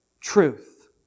truth